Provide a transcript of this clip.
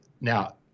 Now